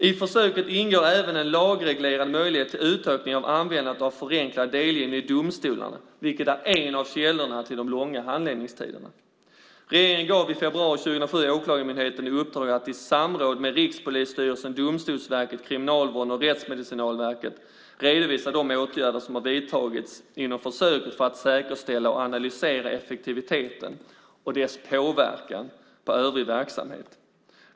I försöket ingår även en lagreglerad möjlighet till utökning av användandet av förenklad delgivning i domstol, vilket är en av källorna till de långa handläggningstiderna. Regeringen gav i februari 2007 Åklagarmyndigheten i uppdrag att i samråd med Rikspolisstyrelsen, Domstolsverket, Kriminalvården och Rättsmedicinalverket redovisa de åtgärder som har vidtagits inom försöket för att säkerställa och analysera effektiviteten och dess påverkan på övrig verksamhet.